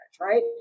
right